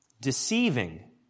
deceiving